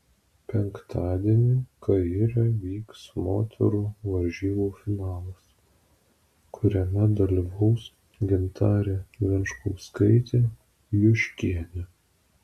penktadienį kaire vyks moterų varžybų finalas kuriame dalyvaus gintarė venčkauskaitė juškienė